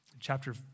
Chapter